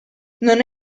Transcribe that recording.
non